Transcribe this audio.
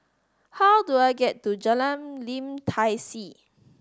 how do I get to Jalan Lim Tai See